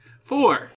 Four